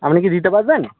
আপনি কি দিতে পারবেন